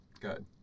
Good